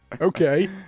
Okay